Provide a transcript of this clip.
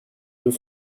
deux